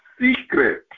secret